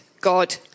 God